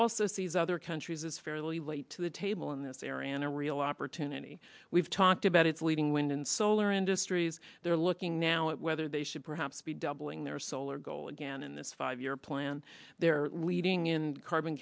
also sees other countries as fairly late to the table in this area and a real opportunity we've talked about it's leading wind and solar industries they're looking now at whether they should perhaps be doubling their solar goal again in this five year plan they're leading in carbon